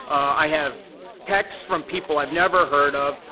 i have texts from people i've never heard of.